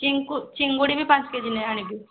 ଚିଙ୍ଗୁ ଚିଙ୍ଗୁଡ଼ି ବି ପାଞ୍ଚ କେଜି ଆଣିବି